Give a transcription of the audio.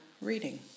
reading